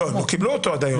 לא, הם לא קיבלו אותו עד היום.